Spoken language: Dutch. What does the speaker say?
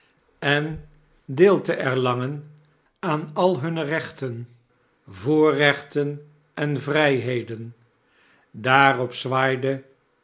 en deel te erlangen aan al hunne rechten voorrechten en vrijheden daarop zwaaide